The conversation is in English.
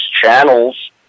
channels